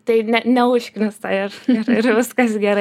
tai ne neužknisa ir ir viskas gerai